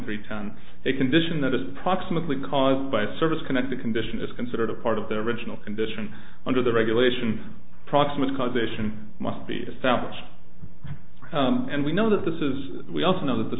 three times a condition that is approximately caused by a service connected condition is considered a part of the original condition under the regulation proximate cause ition must be established and we know that this is we also know that the